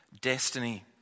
destiny